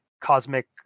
cosmic